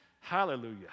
Hallelujah